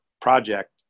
project